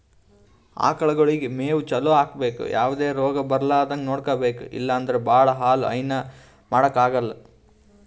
ಆಕಳಗೊಳಿಗ್ ಮೇವ್ ಚಲೋ ಹಾಕ್ಬೇಕ್ ಯಾವದೇ ರೋಗ್ ಬರಲಾರದಂಗ್ ನೋಡ್ಕೊಬೆಕ್ ಇಲ್ಲಂದ್ರ ಭಾಳ ಹಾಲ್ ಹೈನಾ ಮಾಡಕ್ಕಾಗಲ್